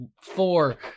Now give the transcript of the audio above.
four